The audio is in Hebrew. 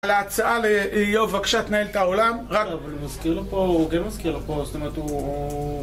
להצעה לאיוב, בבקשה, תנהל את העולם אבל הוא מזכיר לפה, הוא גם מזכיר לפה זאת אומרת, הוא...